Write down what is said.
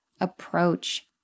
approach